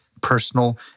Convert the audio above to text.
personal